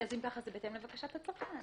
זה בהתאם לבקשת הצרכן.